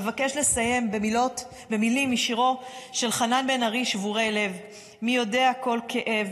אבקש לסיים במילים משירו של חנן בן ארי "שבורי לב": "מי יודע כל כאב?